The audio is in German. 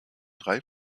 drei